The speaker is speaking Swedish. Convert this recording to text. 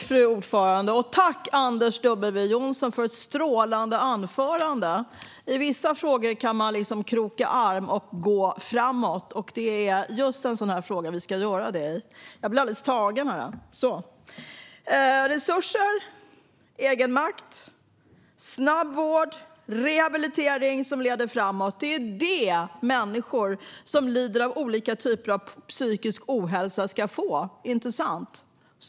Fru talman! Tack för ett strålande anförande, Anders W Jonsson! I vissa frågor kan man liksom kroka arm och gå framåt, och det är i just en sådan här fråga vi ska göra det. Jag blev alldeles tagen! Resurser, egenmakt, snabb vård och rehabilitering som leder framåt - det är det människor som lider av olika typer av psykisk ohälsa ska få, inte sant?